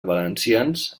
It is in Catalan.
valencians